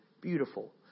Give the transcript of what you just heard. beautiful